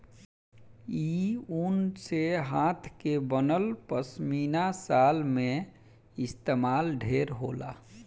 इ ऊन से हाथ के बनल पश्मीना शाल में इस्तमाल ढेर होला